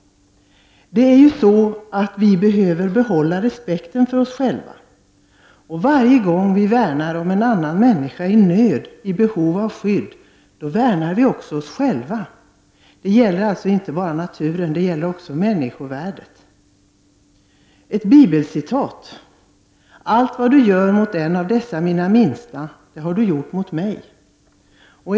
Det är så att vi behöver behålla respekten för oss själva. Varje gång vi värnar om en annan människa i nöd och i behov av skydd, då värnar vi också oss själva. Det gäller alltså inte bara att värna naturen utan också människovärdet. I Bibeln skrivs: Allt vad du gör mot en av dessa mina minsta, det har du gjort mot mig.